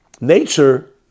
Nature